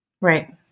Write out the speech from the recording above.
Right